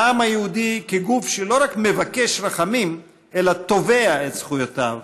העם היהודי כגוף שלא רק מבקש רחמים אלא תובע את זכויותיו,